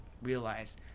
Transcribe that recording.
realize